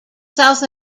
south